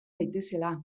daitezela